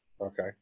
Okay